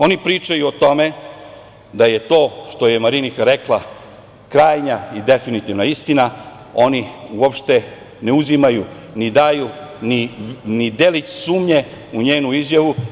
Oni pričaju o tome da je to što je Marinika rekla krajnja i definitivna istina, oni uopšte ne uzimaju ni daju ni delić sumnje u njenu izjavu.